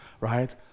right